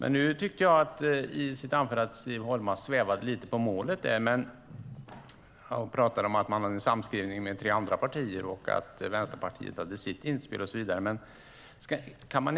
Nu tycker jag att Siv Holma i sitt anförande svävade lite på målet när hon pratade om att man har en samskrivning med två andra partier, att Vänsterpartiet hade sitt inspel och så vidare.